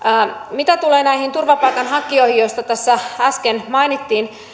mitä tulee turvapaikanhakijoihin joista tässä äsken mainittiin